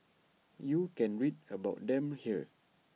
you can read about them here